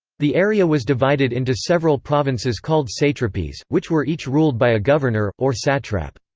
the area was divided into several provinces called satrapies, which were each ruled by a governor, or satrap.